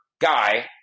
guy